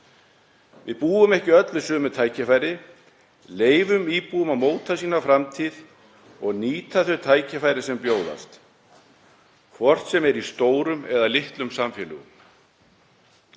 Við búum ekki öllum sömu tækifæri. Leyfum íbúum að móta sína framtíð og nýta þau tækifæri sem bjóðast, hvort sem er í stórum eða litlum samfélögum.